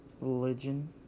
religion